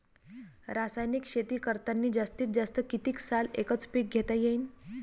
रासायनिक शेती करतांनी जास्तीत जास्त कितीक साल एकच एक पीक घेता येईन?